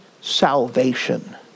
salvation